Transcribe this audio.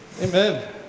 Amen